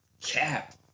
cap